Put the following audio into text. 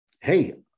Hey